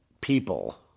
people